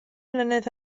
mlynedd